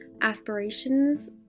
aspirations